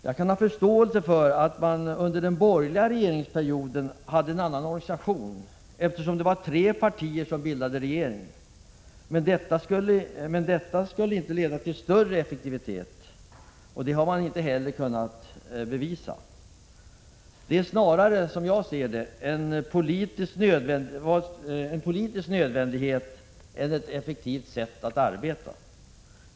Jag kan ha förståelse för att man under den borgerliga regeringsperioden hade en annan organisation, eftersom det var tre partier som bildade regering, men att detta skulle leda till större effektivitet i arbetet har man inte kunnat bevisa. Det var snarare en politisk nödvändighet än ett effektivt sätt att arbeta.